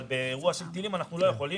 אבל באירוע של טילים אנחנו לא יכולים.